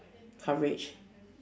coverage